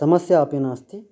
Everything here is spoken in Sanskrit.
समस्या अपि नास्ति